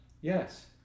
Yes